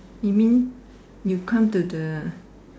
you mean you come to the